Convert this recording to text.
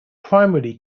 primarily